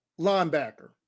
linebacker